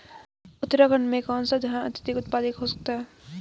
उत्तराखंड में कौन सा धान अत्याधिक उत्पादित हो सकता है?